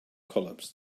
collapsed